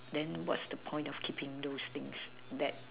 then what's the point of keeping those things that